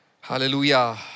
Hallelujah